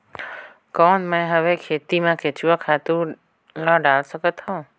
कौन मैं हवे खेती मा केचुआ खातु ला डाल सकत हवो?